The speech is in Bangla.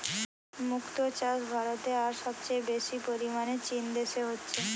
মুক্তো চাষ ভারতে আর সবচেয়ে বেশি পরিমাণে চীন দেশে হচ্ছে